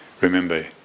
remember